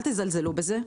אל תזלזלו בזה.